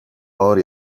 ağır